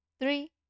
Three